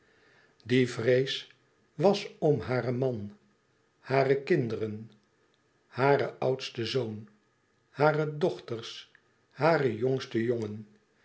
die vrees was om haren man hare kinderen haren oudsten zoon hare dochters haren jongsten jongen